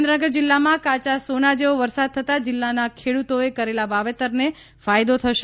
સુરેન્દ્રનગર જિલ્લામાં કાયા સોના જેવો વરસાદ થતાં જિલ્લાના ખેડૂતોએ કરેલા વાવેતરને ફાયદો થશે